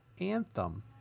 Anthem